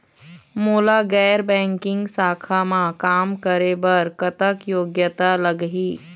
मोला गैर बैंकिंग शाखा मा काम करे बर कतक योग्यता लगही?